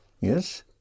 yes